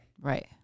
Right